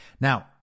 Now